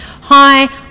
hi